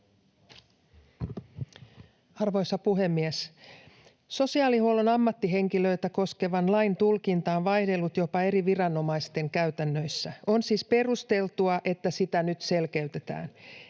Arvoisa puhemies! Sosiaalihuollon ammattihenkilöitä koskevan lain tulkinta on vaihdellut jopa eri viranomaisten käytännöissä. On siis perusteltua, että sitä nyt selkeytetään.